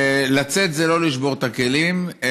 לצאת זה לא לשבור את הכלים,